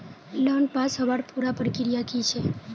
Loan पास होबार पुरा प्रक्रिया की छे?